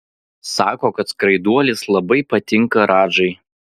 sako kad skraiduolis labai patinka radžai